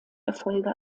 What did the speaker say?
erfolge